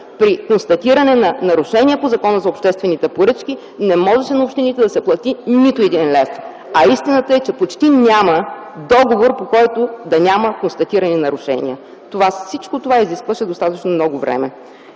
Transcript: при констатиране на нарушения по Закона за обществените поръчки да не може на общините да се плати нито един лев. Истината е, че почти няма договор, за който да няма констатирани нарушения. Всичко това изискваше достатъчно много време.